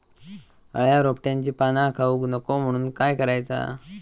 अळ्या रोपट्यांची पाना खाऊक नको म्हणून काय करायचा?